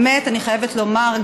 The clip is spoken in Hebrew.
באמת אני חייבת לומר,